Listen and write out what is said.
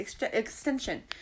extension